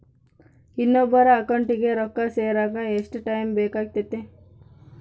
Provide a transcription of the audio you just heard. ಇನ್ನೊಬ್ಬರ ಅಕೌಂಟಿಗೆ ರೊಕ್ಕ ಸೇರಕ ಎಷ್ಟು ಟೈಮ್ ಬೇಕಾಗುತೈತಿ?